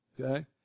okay